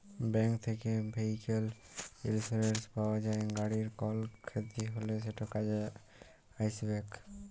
bank থ্যাকে vehicle insurance পাউয়া যায়, গাড়ির কল খ্যতি হ্যলে সেট কাজে আইসবেক